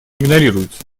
игнорируются